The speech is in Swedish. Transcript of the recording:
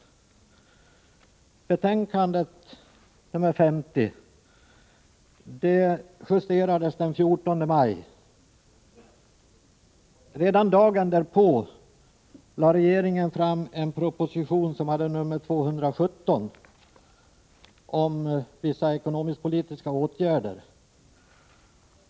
Skatteutskottets betänkande 50 justerades den 14 maj. Redan dagen därpå lade regeringen fram en proposition, med nummer 217, om vissa ekonomiskpolitiska åtgärder.